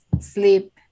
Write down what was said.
sleep